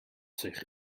zich